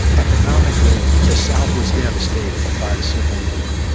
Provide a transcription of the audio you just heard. economically the south was devastated by the civil war.